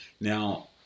Now